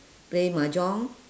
play mahjong